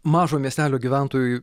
mažo miestelio gyventojui